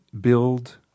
build